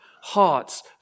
hearts